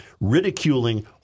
ridiculing